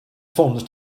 funds